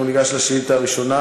ניגש לשאילתה הראשונה,